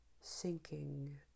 sinking